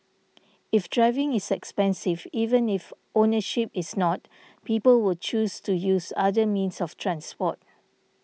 if driving is expensive even if ownership is not people will choose to use other means of transport